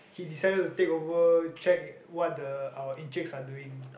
he decided to take over check what the our Enciks are doing